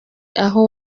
aho